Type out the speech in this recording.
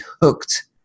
hooked